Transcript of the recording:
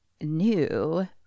new